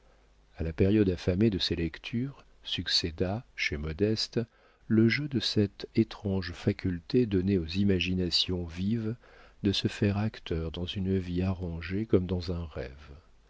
a la période affamée de ses lectures succéda chez modeste le jeu de cette étrange faculté donnée aux imaginations vives de se faire acteur dans une vie arrangée comme dans un rêve